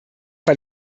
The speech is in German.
war